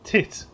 Tit